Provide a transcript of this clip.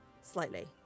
slightly